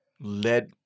led